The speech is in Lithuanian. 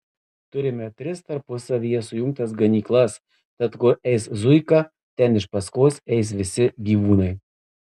turime tris tarpusavyje sujungtas ganyklas tad kur eis zuika ten iš paskos eis visi gyvūnai